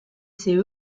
ces